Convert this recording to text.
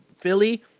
Philly